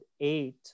eight